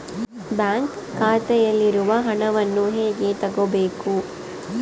Bank ಖಾತೆಯಲ್ಲಿರುವ ಹಣವನ್ನು ಹೇಗೆ ತಗೋಬೇಕು?